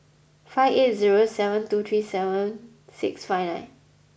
five eight zero seven two three seven six five nine